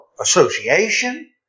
association